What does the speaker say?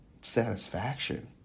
satisfaction